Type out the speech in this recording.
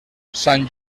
sant